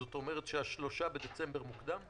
זאת אומרת שה-3 בדצמבר מוקדם?